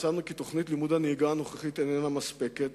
מצאנו כי תוכנית לימוד הנהיגה הנוכחית איננה מספקת